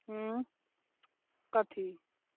हँ कथी